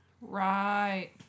right